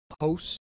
host